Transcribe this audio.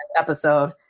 episode